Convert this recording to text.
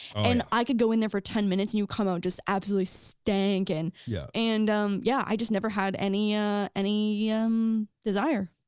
and i could go in there for ten minutes and you come out just absolutely stankin yeah and yeah, i just never had any ah any um desire.